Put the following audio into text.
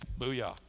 Booyah